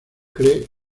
cree